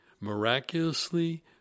miraculously